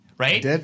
Right